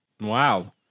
Wow